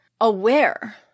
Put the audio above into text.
aware